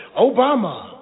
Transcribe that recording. Obama